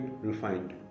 refined